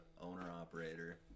owner-operator